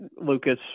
Lucas